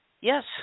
Yes